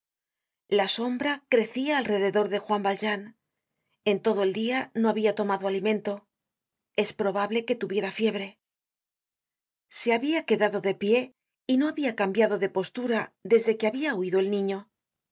la sombra crecia alrededor de juan valjean en todo eldiano habia tomado alimento es probable que tuviera fiebre se habia quedado de pié y no habia cambiado de postura desde content from google book search generated at que habia huido el niño la